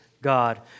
God